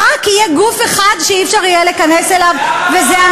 בכל הכבוד לכם, אין לכם מונופול על היהדות, יש כאן